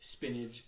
spinach